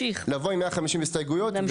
לבוא עם 150 הסתייגויות.